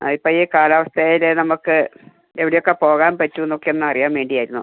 ആഹ് ഇപ്പം ഈ കാലാവസ്ഥയിൽ നമ്മൾക്ക് എവിടെയൊക്കെ പോകാൻ പറ്റുമെന്നൊക്കെ ഒന്ന് അറിയാൻ വേണ്ടി ആയിരുന്നു